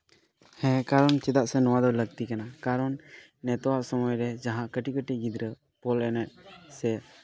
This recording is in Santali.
ᱦᱮᱸ ᱠᱟᱨᱚᱱ ᱪᱮᱫᱟᱜ ᱥᱮ ᱱᱚᱣᱟ ᱫᱚ ᱞᱟᱹᱠᱛᱤ ᱠᱟᱱᱟ ᱠᱟᱨᱚᱱ ᱱᱤᱛᱳᱜ ᱟᱜ ᱥᱚᱢᱚᱭ ᱨᱮ ᱡᱟᱦᱟᱸ ᱠᱟᱹᱴᱤᱡ ᱠᱟᱹᱴᱤᱡ ᱜᱤᱫᱽᱨᱟᱹ ᱵᱚᱞ ᱮᱱᱮᱡ ᱥᱮ